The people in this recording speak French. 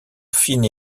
fines